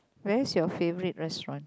where's your favourite restaurant